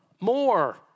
more